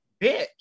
bitch